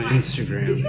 Instagram